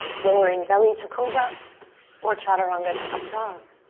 lowering belly to cobra or chaturanga to up dog.